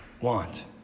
want